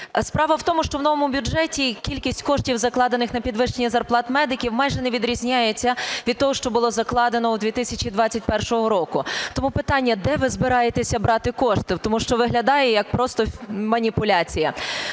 Справа в тому, що в новому бюджеті кількість коштів, закладених на підвищення зарплат медиків, майже не відрізняється від того, що було закладено у 2021 році. Тому питання, де ви збираєтеся брати кошти? Тому що виглядає як просто маніпуляція.